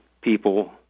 people